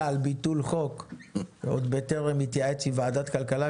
על ביטול חוק עוד בטרם התייעץ עם ועדת כלכלה,